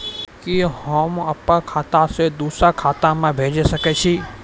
कि होम आप खाता सं दूसर खाता मे भेज सकै छी?